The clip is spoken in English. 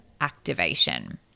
activation